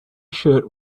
shirt